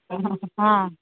ହଁ